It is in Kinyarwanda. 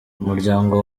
umuryango